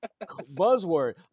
Buzzword